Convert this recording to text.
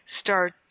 start